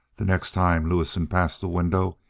the next time lewison passed the window,